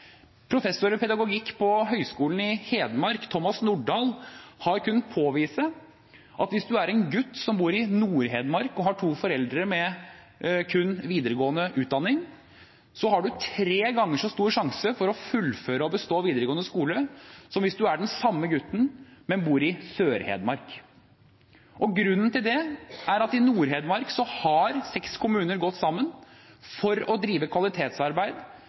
Professor i pedagogikk på Høgskolen i Hedmark, Thomas Nordahl, har kunnet påvise at hvis du er en gutt som bor i Nord-Hedmark og har to foreldre med kun videregående utdanning, har du tre ganger så stor sjanse for å fullføre og bestå videregående skole som hvis du er gutt og bor i Sør-Hedmark. Grunnen til det er at i Nord-Hedmark har seks kommuner gått sammen for å drive kvalitetsarbeid,